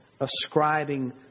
ascribing